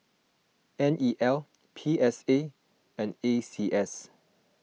N E L P S A and A C S